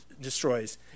destroys